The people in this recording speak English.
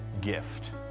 gift